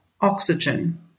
oxygen